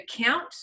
account